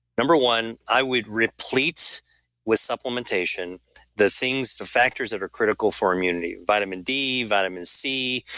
number one, i would replete with supplementation the things, the factors that are critical for immunity. vitamin d, vitamin c,